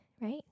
right